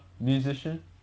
musician